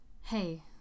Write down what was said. Hey